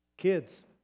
kids